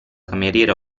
cameriera